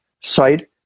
site